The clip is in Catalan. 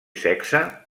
sexe